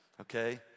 okay